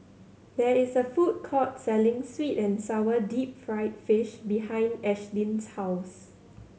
there is a food court selling sweet and sour deep fried fish behind Ashlynn's house